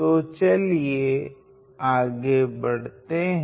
तो चलिए आगे बढ़ते हैं